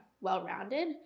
well-rounded